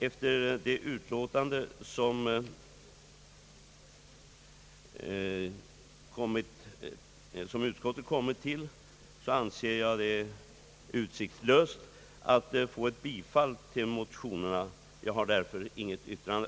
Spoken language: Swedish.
Efter det utlåtande som utskottet avgivit anser jag det utsiktslöst att få ett bifall till motionerna. Jag har därför inget yrkande.